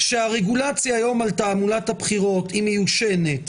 שהרגולציה היום על תעמולת הבחירות היא מיושנת,